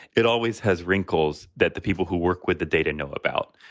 it always has wrinkles that the people who work with the data know about,